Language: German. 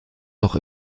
noch